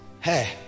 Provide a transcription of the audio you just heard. hey